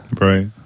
Right